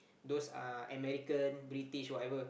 those uh American British whatever